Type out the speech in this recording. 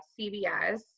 CVS